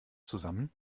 zusammen